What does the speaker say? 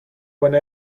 one